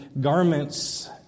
garments